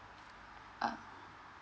ah